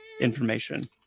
information